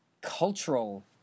cultural